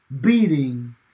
beating